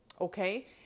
Okay